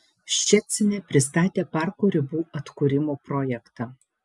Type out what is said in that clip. ščecine pristatė parko ribų atkūrimo projektą